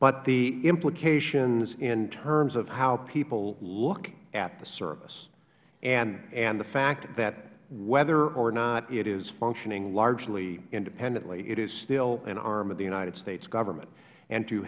but the implications in terms of how people look at the service and the fact that whether or not it is functioning largely independently it is still an arm of the united states government and to